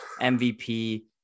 MVP